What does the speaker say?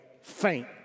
faint